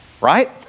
Right